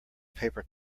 paper